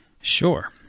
Sure